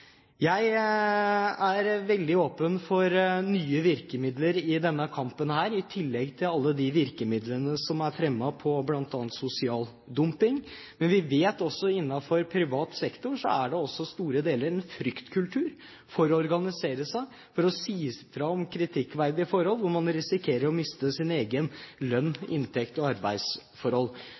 Jeg er veldig åpen for nye virkemidler i denne kampen i tillegg til alle de virkemidlene som er fremmet med tanke på bl.a. sosial dumping. Men vi vet også at innenfor privat sektor er det en fryktkultur når det gjelder å organisere seg eller å si fra om kritikkverdige forhold fordi man risikerer å miste sin egen lønn og inntekts- og arbeidsforhold.